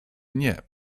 nie